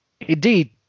indeed